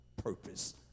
Purpose